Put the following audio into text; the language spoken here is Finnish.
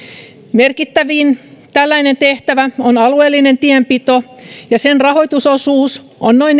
merkittävin tällainen tehtävä on alueellinen tienpito ja sen rahoitusosuus on noin